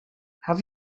have